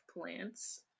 plants